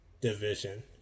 division